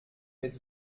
mit